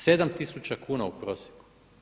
7 tisuća kuna u prosjeku.